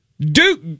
Duke